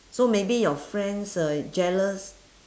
so maybe your friends uh jealous